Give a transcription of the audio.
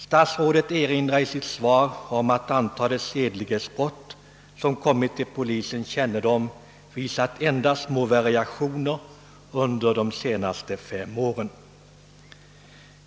Statsrådet erinrar i sitt svar om att antalet sedlighetsbrott, som kommit till polisens kännedom, visat endast små variationer under de senaste fem åren.